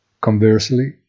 Conversely